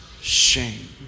Shame